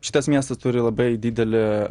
šitas miestas turi labai didelį